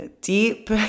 deep